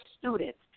students